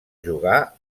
jugar